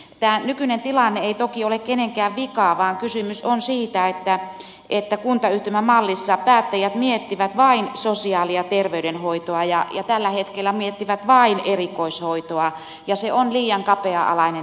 tämä nykyinen tilanne ei toki ole kenenkään vika vaan kysymys on siitä että kuntayhtymämallissa päättäjät miettivät vain sosiaali ja terveydenhoitoa ja tällä hetkellä miettivät vain erikoishoitoa ja se on liian kapea alainen näkökulma